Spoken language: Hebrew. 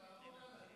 מיקי, עזוב אותו.